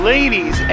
Ladies